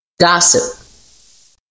Gossip